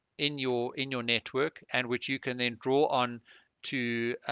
in your in your network and which you can then draw on to